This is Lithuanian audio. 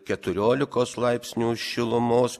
keturiolikos laipsnių šilumos